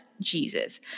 Jesus